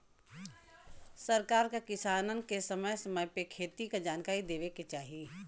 सरकार क किसानन के समय समय पे खेती क जनकारी देवे के चाही